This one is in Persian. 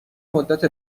مدت